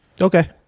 Okay